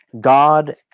God